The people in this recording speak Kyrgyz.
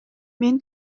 мен